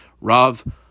Rav